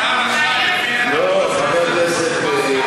אתה רשאי, לפי תקנון הכנסת, לדחות בהסכמה.